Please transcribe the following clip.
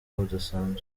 budasanzwe